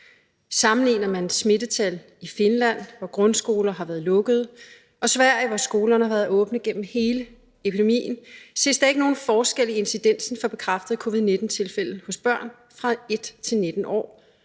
Sammenligner man smittetal i Finland, hvor grundskolerne har været lukkede, og smittetal i Sverige, hvor skolerne har været åbne gennem hele epidemien, ses der ikke nogen forskel i incidensen for bekræftede covid-19-tilfælde hos børn fra 1 år til 19 år.